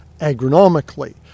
agronomically